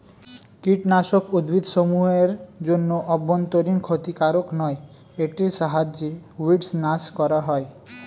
কীটনাশক উদ্ভিদসমূহ এর জন্য অভ্যন্তরীন ক্ষতিকারক নয় এটির সাহায্যে উইড্স নাস করা হয়